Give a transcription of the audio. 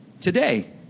today